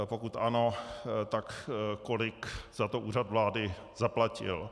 Pokud ano, tak kolik za to Úřad vlády zaplatil?